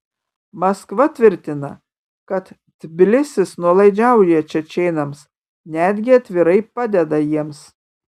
maskva tvirtina kad tbilisis nuolaidžiauja čečėnams netgi atvirai padeda jiems